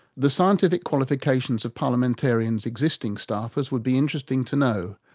the scientific qualifications of parliamentarians' existing staffers would be interesting to know,